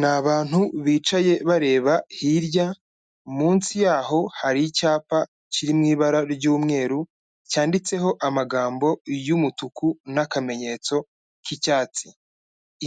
Ni abantu bicaye bareba hirya, munsi yaho hari icyapa kiri mu ibara ry'umweru, cyanditseho amagambo y'umutuku n'akamenyetso k'icyatsi.